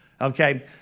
Okay